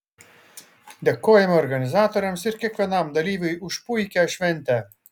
dėkojame organizatoriams ir kiekvienam dalyviui už puikią šventę